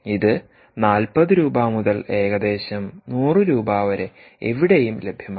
ഇത് 40 രൂപ മുതൽ ഏകദേശം 100 രൂപ വരെ എവിടെയും ലഭ്യമാണ്